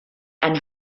ein